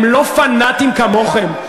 הם לא פנאטים כמוכם,